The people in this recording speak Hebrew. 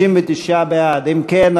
אם כן,